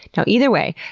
so either way,